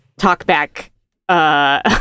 talkback